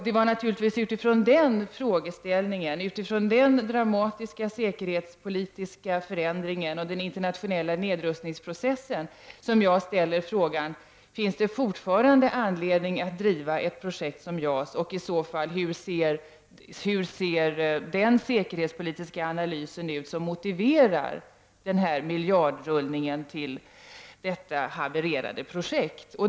Det är naturligtvis utifrån den frågeställningen, den dramatiska säkerhetspolitiska förändringen och den internationella nedrustningsprocessen som jag ställer frågan: Finns det fortfarande anledning att driva ett projekt som JAS och hur ser i så fall den säkerhetspolitiska analys ut som motiverar denna miljardrullning till detta havererade projekt?